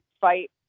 fight